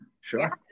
Sure